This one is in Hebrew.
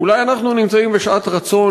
אולי אנחנו נמצאים בשעת רצון,